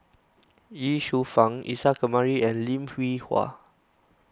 Ye Shufang Isa Kamari and Lim Hwee Hua